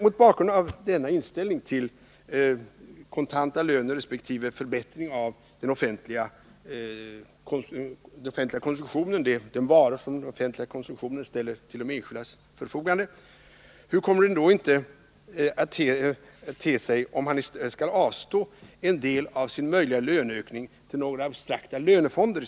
Mot bakgrund av denna inställning till kontanta löner resp. förbättringar av de varor som den offentliga sektorn ställer till de enskildas förfogande kan man fråga sig: Hur mycket mindre tillfredsställande kommer det inte att te sig att löntagarna skall avstå en del av sina möjliga lönehöjningar till några abstrakta lönefonder?